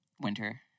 Winter